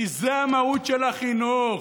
כי זו המהות של החינוך,